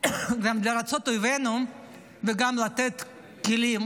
גם לרצות את אויבינו ובסוף גם לתת כלים